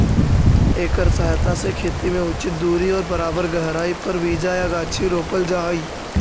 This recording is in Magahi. एकर सहायता से खेत में उचित दूरी और बराबर गहराई पर बीचा या गाछी रोपल जा हई